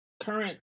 current